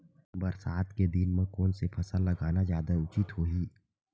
बरसात के दिन म कोन से फसल लगाना जादा उचित होही?